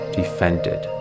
defended